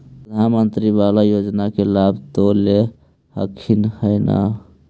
प्रधानमंत्री बाला योजना के लाभ तो ले रहल्खिन ह न?